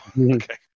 okay